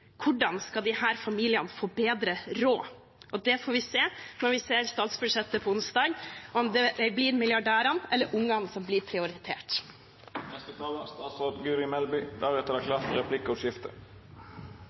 Hvordan skal disse familiene få bedre råd? Det får vi se når vi ser statsbudsjettet på onsdag, om det er milliardærene eller ungene som blir